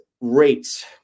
rates